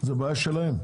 זו בעיה שלהם.